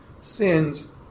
sin's